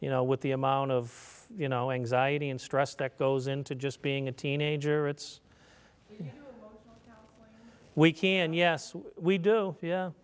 you know with the amount of you know anxiety and stress that goes into just being a teenager it's we can yes we do yeah